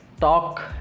talk